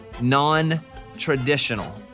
non-traditional